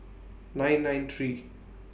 nine nine three